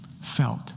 felt